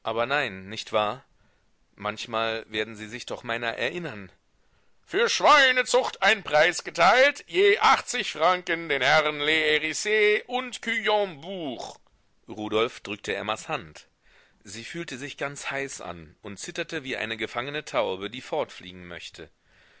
aber nein nicht wahr manchmal werden sie sich doch meiner erinnern für schweinezucht ein preis geteilt je achtzig franken den herren lehriss und cüllembourg rudolf drückte emmas hand sie fühlte sich ganz heiß an und zitterte wie eine gefangene taube die fortfliegen möchte